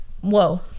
whoa